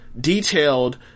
detailed